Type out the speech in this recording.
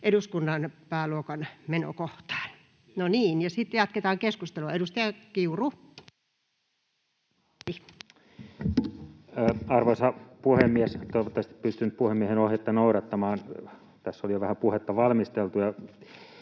eduskunnan pääluokan menokohtaan. — No niin, ja sitten jatketaan keskustelua. Edustaja Kiuru. Arvoisa puhemies! Toivottavasti pystyn puhemiehen ohjetta noudattamaan, tässä oli jo vähän puhetta valmisteltu.